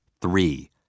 three